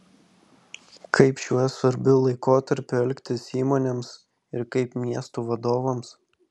kaip šiuo svarbiu laikotarpiu elgtis įmonėms ir kaip miestų vadovams